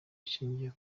ishingiye